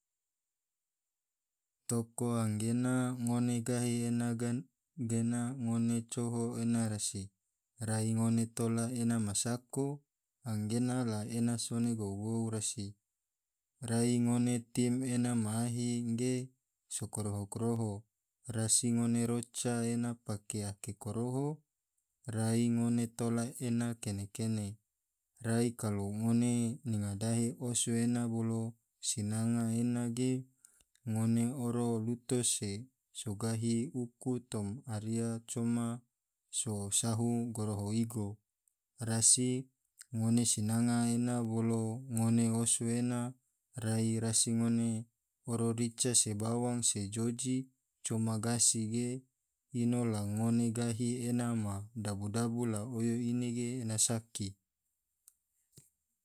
Toko anggena ngone gahi ena gena ngone coho ena rasi rai ngone tola ena ma sako anggena la ena sone gou-gou rasi rai ngone tim ena ma ahi ngge so kroho-kroho rasi ngone roca ena pake pake ake koroho rai ngone tola ena kene-kene, rai kalo ngone nyinga dahe osu ena bolo sinanga ena ge ngone oro luto se so gahi uku toma aria coma so sahu goroho igo rasi ngone sinanga ena bolo ngone osu ena rai rasi ngone oro rica se bawang se joji coma gasi ge ino la ngone gahi ena ma dabu-dabu la oyo ine ge ena saki.